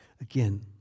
Again